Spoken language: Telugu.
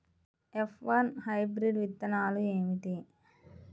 ఎఫ్ వన్ హైబ్రిడ్ విత్తనాలు ఏమిటి?